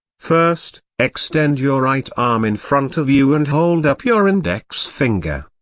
first, extend your right arm in front of you and hold up your index finger.